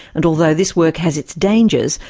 and although this work has its dangers,